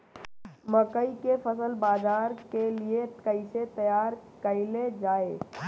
मकई के फसल बाजार के लिए कइसे तैयार कईले जाए?